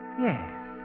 Yes